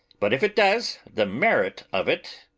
but if it does, the merit of it,